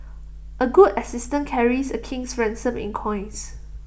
A good assistant carries A king's ransom in coins